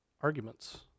arguments